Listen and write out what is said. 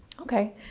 Okay